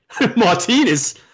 Martinez